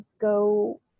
go